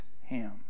him